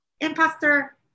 imposter